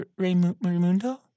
Raymundo